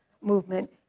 movement